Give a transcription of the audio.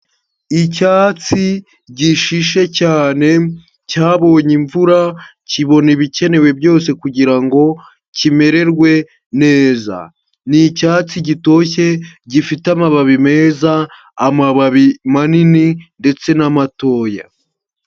Icyatsi gishishe cyane cyabonye imvura, kibona ibikenewe byose kugira ngo kimererwe neza, ni icyatsi gitoshye gifite amababi meza, amababi manini ndetse n'amatoya.